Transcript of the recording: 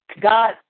God